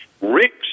Ricks